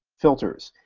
filters.